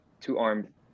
two-armed